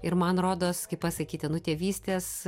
ir man rodos kaip pasakyti nu tėvystės